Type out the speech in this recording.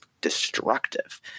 destructive